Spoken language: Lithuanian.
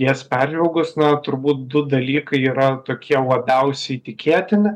jas peržvelgus na turbūt du dalykai yra tokie labiausiai tikėtina